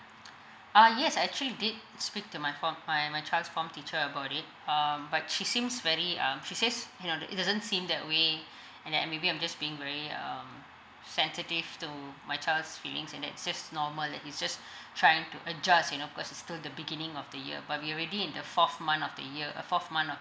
uh yes I actually did speak to my form my my child's form teacher about it um but she seems very um she says you know that he doesn't seem that way and then maybe I'm just being very um sensitive to my child's feelings and that just normal and he's just trying to adjust you know because it's still the beginning of the year but we're already in the fourth month of the year uh fourth month of